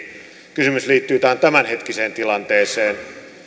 kysymys liittyy tähän tämänhetkiseen tilanteeseen